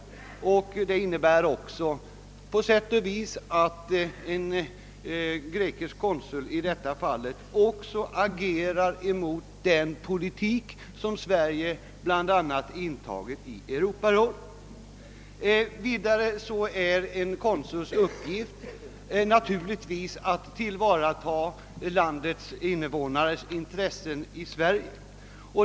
På sätt och vis innehär det också att en grekisk konsul agerar mot den politik som Sverige bl.a. har fört i Europarådet. Vidare är det konsulns uppgift att tillvarata grekiska medborgares intressen i Sverige.